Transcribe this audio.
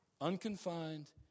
unconfined